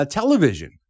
television